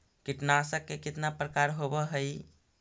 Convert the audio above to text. कीटनाशक के कितना प्रकार होव हइ?